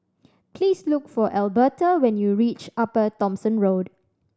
please look for Alberta when you reach Upper Thomson Road